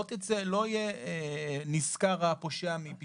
הפושע לא יצא נשכר מפשעו.